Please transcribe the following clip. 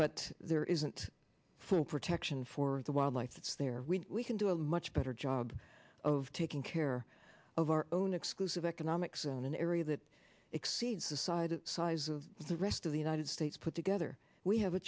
but there isn't full protection for the wildlife it's there we can do a much better job of taking care of our own exclusive economic zone an area that exceeds the side the size of the rest of the united states put together we have a